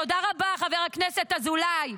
תודה רבה, חבר הכנסת אזולאי.